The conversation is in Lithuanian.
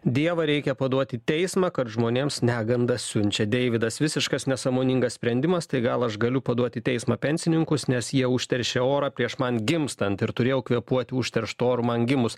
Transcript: dievą reikia paduot į teismą kad žmonėms negandas siunčia deividas visiškas nesąmoningas sprendimas tai gal aš galiu paduot į teismą pensininkus nes jie užteršia orą prieš man gimstant ir turėjau kvėpuot užterštu oru man gimus